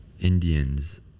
Indians